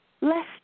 less